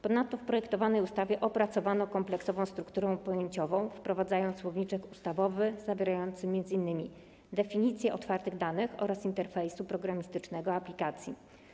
Ponadto w projektowanej ustawie opracowano kompleksową strukturę pojęciową, wprowadzając słowniczek ustawowy zawierający m.in.: definicje otwartych danych oraz interfejsu programistycznego aplikacji.